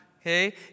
okay